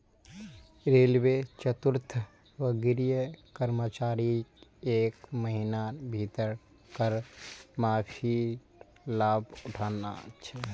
railway चतुर्थवर्गीय कर्मचारीक एक महिनार भीतर कर माफीर लाभ उठाना छ